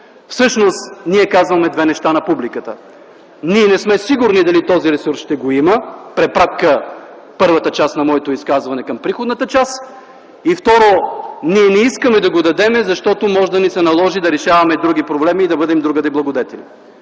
всъщност ние казваме две неща на публиката: ние не сме сигурни дали този ресурс ще го има, препратка – първата част на моето изказване към приходната част, и второ – ние не искаме да го дадем, защото може да ни се наложи да решаваме други проблеми и да бъдем другаде благодетели.